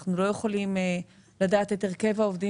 אנחנו לא יכולים לדעת מה הרכב העובדים